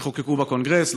לחוק שחוקקו בקונגרס,